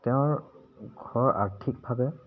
তেওঁৰ ঘৰৰ আৰ্থিকভাৱে